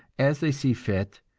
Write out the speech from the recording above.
as they see fit,